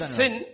sin